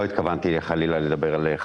לא התכוונתי חלילה לדבר על חברי הוועדה.